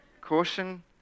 Caution